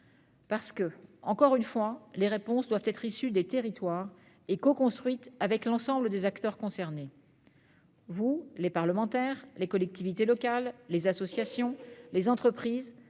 la concertation. En effet, les réponses doivent être issues des territoires et coconstruites avec l'ensemble des acteurs concernés : les parlementaires que vous êtes, les collectivités locales, les associations, les entreprises,